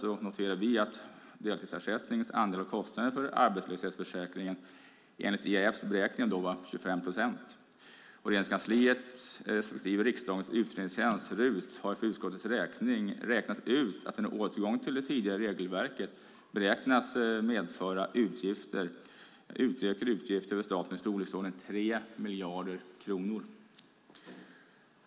Vi noterar att deltidsersättningens andel av kostnaderna för arbetslöshetsförsäkringen är 25 procent. Regeringskansliet respektive riksdagens utredningstjänst, RUT, har för utskottets räkning räknat ut att en återgång till det tidigare regelverket beräknas medföra ökade utgifter för staten i storleksordningen 3 miljarder kronor.